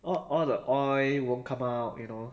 all all the oil won't come out you know